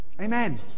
Amen